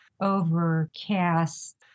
overcast